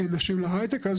נשים להייטק.